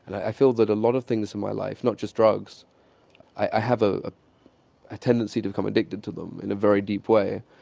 i feel that a lot of things in my life not just drugs i have ah ah a tendency to become addicted to them in a very deep way,